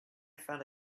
found